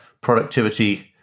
productivity